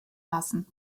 lassen